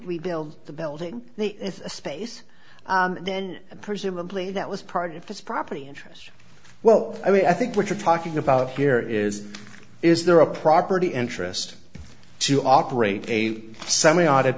rebuild the building the space then presumably that was part of this property interest well i mean i think what you're talking about here is is there a property interest to operate a semi